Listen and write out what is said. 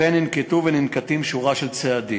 כמו כן ננקטו וננקטים שורה של צעדים: